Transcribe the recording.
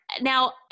Now